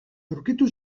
aurkitu